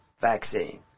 vaccine